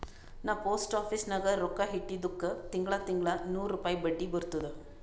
ನಾ post office ನಾಗ್ ರೊಕ್ಕಾ ಇಟ್ಟಿದುಕ್ ತಿಂಗಳಾ ತಿಂಗಳಾ ನೂರ್ ರುಪಾಯಿ ಬಡ್ಡಿ ಬರ್ತುದ್